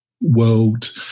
world